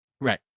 Right